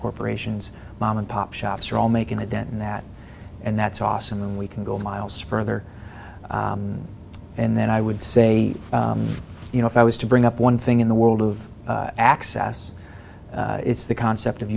corporations mom and pop shops are all making a dent in that and that's awesome and we can go miles further and then i would say you know if i was to bring up one thing in the world of access it's the concept of